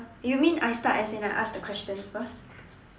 you mean I start as in I ask the questions first